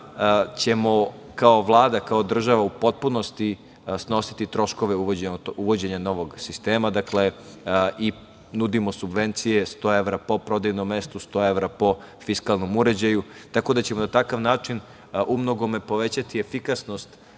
ćemo kao Vlada, kao država u potpunosti snositi troškove uvođenja novog sistema. Dakle, nudimo i subvencije 100 evra po prodajnom mestu, 100 evra po fiskalnom uređaju, tako da ćemo na takav način u mnogome povećati efikasnost